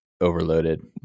overloaded